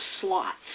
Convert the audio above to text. slots